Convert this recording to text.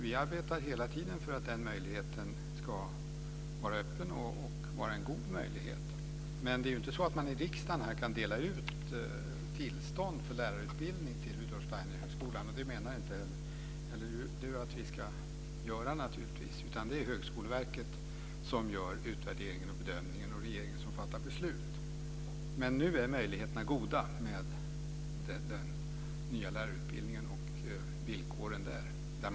Vi arbetar hela tiden för att den möjligheten ska vara öppen och vara en god möjlighet. Men det är inte så att man i riksdagen kan dela ut tillstånd för lärarutbildning till Rudolf Steinerhögskolan. Det menar naturligtvis inte heller Ulf Nilsson att vi ska göra. Det är Högskoleverket som gör en utvärdering och bedömning, och det är regeringen som fattar beslut. Men nu är möjligheterna goda med den nya lärarutbildningen och villkoren i den.